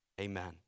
Amen